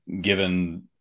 given